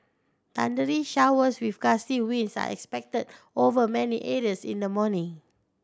thundery showers with gusty winds are expected over many areas in the morning